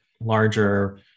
larger